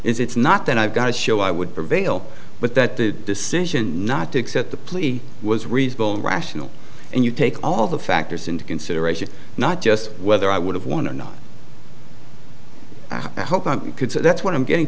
it's not that i've got to show i would prevail but that the decision not to accept the plea was reasonable rational and you take all the factors into consideration not just whether i would have won or not i hope i could so that's what i'm getting